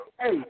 hey